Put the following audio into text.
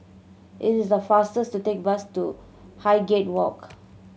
it is the faster to take bus to Highgate Walk